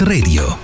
Radio